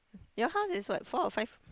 your house is what four or five